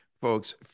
folks